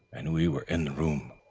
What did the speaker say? and we were in the room.